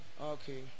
Okay